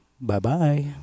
Bye-bye